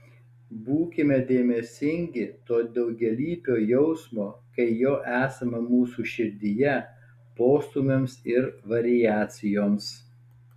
būkime dėmesingi to daugialypio jausmo kai jo esama mūsų širdyje postūmiams ir variacijoms